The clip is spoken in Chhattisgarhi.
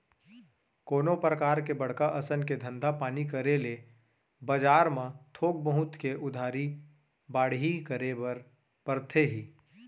कोनो परकार के बड़का असन के धंधा पानी करे ले बजार म थोक बहुत के उधारी बाड़ही करे बर परथे ही